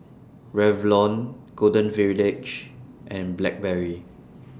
Revlon Golden Village and Blackberry